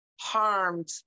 harmed